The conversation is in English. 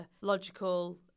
logical